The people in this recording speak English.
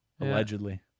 allegedly